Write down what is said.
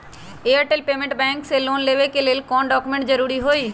Airtel payments bank से loan लेवे के ले कौन कौन डॉक्यूमेंट जरुरी होइ?